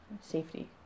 safety